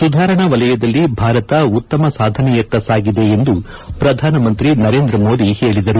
ಸುಧಾರಣಾ ವಲಯದಲ್ಲಿ ಭಾರತ ಉತ್ತಮ ಸಾಧನೆಯತ್ತ ಸಾಗಿದೆ ಎಂದು ಶ್ರಧಾನಮಂತ್ರಿ ನರೇಂದ್ರ ಮೋದಿ ಹೇಳಿದ್ದಾರೆ